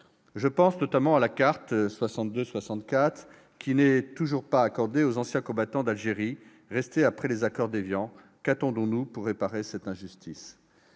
Je pense notamment à la carte « 62-64 » qui n'est toujours pas accordée aux anciens combattants d'Algérie restés après les accords d'Évian. Qu'attendons-nous pour réparer cette injustice ?